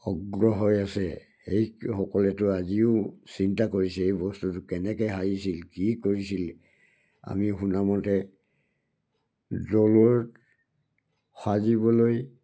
অগ্ৰহ হৈ আছে সেইসকলেতো আজিও চিন্তা কৰিছে এই বস্তুটো কেনেকৈ আহিছিল কি কৰিছিল আমি শুনা মতে দৌলত সাজিবলৈ